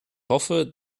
hoffe